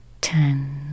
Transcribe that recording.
Ten